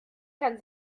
kann